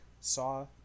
saw